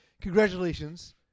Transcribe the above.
congratulations